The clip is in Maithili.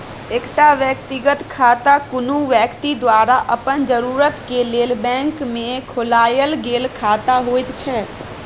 एकटा व्यक्तिगत खाता कुनु व्यक्ति द्वारा अपन जरूरत के लेल बैंक में खोलायल गेल खाता होइत छै